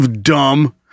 dumb